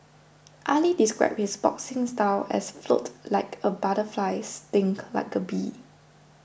Ali described his boxing style as float like a butterfly sting like a bee